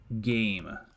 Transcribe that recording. game